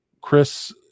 Chris